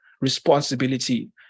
responsibility